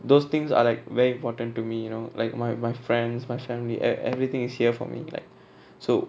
those things are like very important to me you know like my my friends my family ev~ everything is here for me like so